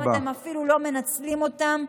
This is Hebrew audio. אתם אפילו לא מנצלים אותן,